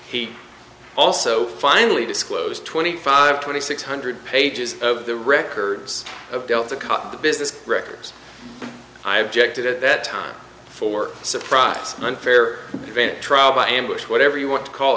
he also finally disclosed twenty five twenty six hundred pages of the records of delta cut the business records i objected at that time for surprise unfair advantage trial by ambush whatever you want to call